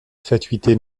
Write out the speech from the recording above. fatuité